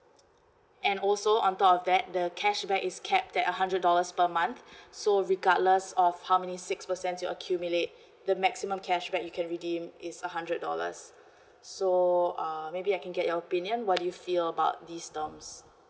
and also on top of that the cashback is capped at a hundred dollars per month so regardless of how many six percent you accumulate the maximum cashback you can redeem is a hundred dollars so uh maybe I can get your opinion what do you feel about this terms